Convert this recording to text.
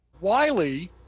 Wiley